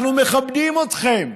אנחנו מכבדים אתכם,